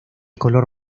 color